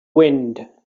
wind